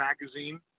magazine